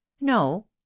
no